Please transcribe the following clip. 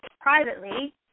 privately